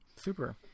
super